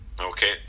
Okay